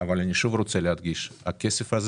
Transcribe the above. אבל אני מדגיש - הכסף של